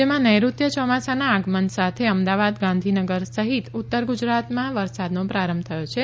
રાજયમાં નેઋત્ય યોમાસાના આગમન સાથે અમદાવાદ ગાંધીનગર સહિત ઉત્તર ગુજરાતમાં વરસાદનો પ્રારંભ થયો છે